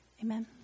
Amen